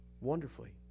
Wonderfully